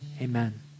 amen